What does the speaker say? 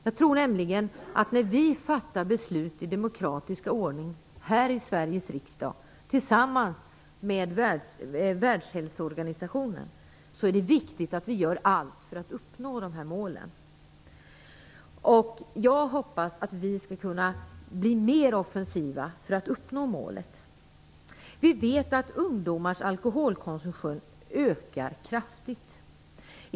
Jag tror nämligen att när vi här i Sveriges riksdag tillsammans med Världshälsoorganisationen fattar beslut i demokratisk ordning är det viktigt vi gör allt för att uppnå dessa mål. Jag hoppas att vi skall kunna bli mer offensiva för att uppnå målet. Vi vet att ungdomars alkoholkonsumtion ökar kraftigt.